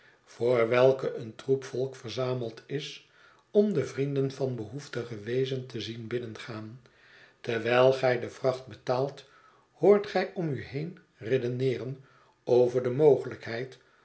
voor welke een troep volk verzameld is om de vrienden van behoeftige weezen te zien binnengaan terwijl gij de vracht betaalt hoort gij om u heen redeneeren over de mogelijkheid